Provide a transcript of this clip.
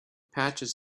patches